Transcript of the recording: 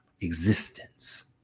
existence